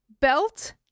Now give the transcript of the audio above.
Belt